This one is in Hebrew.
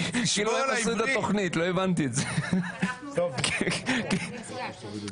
כמו שהקראתי אותה כעת "קיצור תקופת הנחה.